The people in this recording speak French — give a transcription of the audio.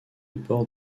port